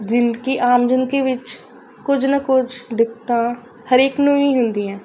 ਜ਼ਿੰਦਗੀ ਆਮ ਜ਼ਿੰਦਗੀ ਵਿਚ ਕੁਝ ਨਾ ਕੁਝ ਦਿੱਕਤਾਂ ਹਰੇਕ ਨੂੰ ਹੀ ਹੁੰਦੀਆਂ